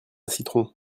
citron